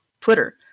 Twitter